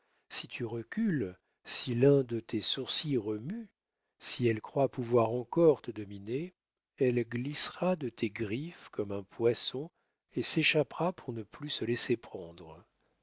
si tu recules si l'un de tes sourcils remue si elle croit pouvoir encore te dominer elle glissera de tes griffes comme un poisson et s'échappera pour ne plus se laisser prendre